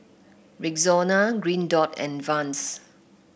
Rexona Green Dot and Vans